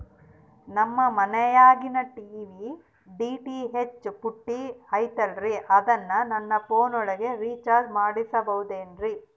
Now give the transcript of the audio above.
ನಮ್ಮ ಮನಿಯಾಗಿನ TV DTH ಪುಟ್ಟಿ ಐತಲ್ರೇ ಅದನ್ನ ನನ್ನ ಪೋನ್ ಒಳಗ ರೇಚಾರ್ಜ ಮಾಡಸಿಬಹುದೇನ್ರಿ?